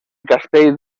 castell